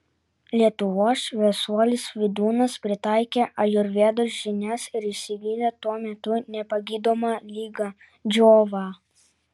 lietuvos šviesuolis vydūnas pritaikė ajurvedos žinias ir išsigydė tuo metu nepagydomą ligą džiovą